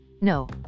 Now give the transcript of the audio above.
No